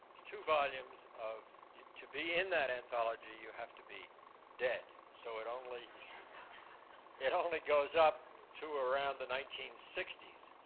two volumes of to be in that anthology, you have to be dead. so it only it only goes up to around the nineteen sixty s.